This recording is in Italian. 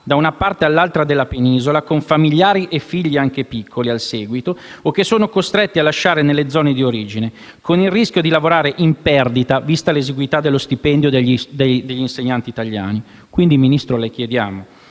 da una parte all'altra della Penisola, con familiari e figli anche piccoli al seguito o che sono costretti a lasciare nelle zone d'origine, con il rischio di lavorare in perdita, vista l'esiguità dello stipendio degli insegnanti italiani. Quindi, signor Ministro, le chiediamo